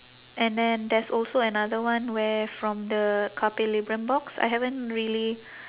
and then there's also another one where from the carpe librum box I haven't really